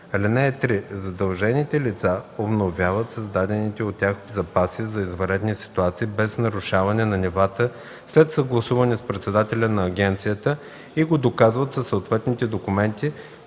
(3) Задължените лица обновяват създадените от тях запаси за извънредни ситуации без нарушаване на нивата след съгласуване с председателя на агенцията и го доказват със съответните документи,